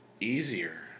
easier